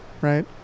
right